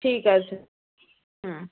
ঠিক আছে হুম